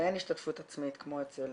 אין השתתפות עצמית כמו אצל